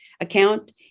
account